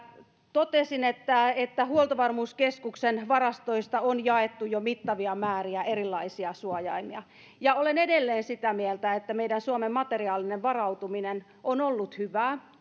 totesin että että huoltovarmuuskeskuksen varastoista on jaettu jo mittavia määriä erilaisia suojaimia ja olen edelleen sitä mieltä että meidän suomen materiaalinen varautuminen on ollut hyvää